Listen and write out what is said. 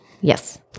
Yes